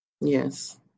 Yes